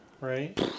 Right